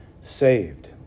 saved